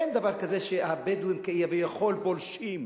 אין דבר כזה שהבדואים, כביכול, פולשים,